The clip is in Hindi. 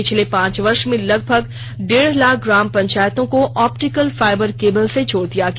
पिछले पांच वर्ष में लगभग डेढ़ लाख ग्राम पंचायतों को ऑप्टिकल फाइबर केबल से जोड़ दिया गया